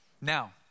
Now